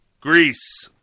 Greece